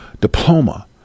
diploma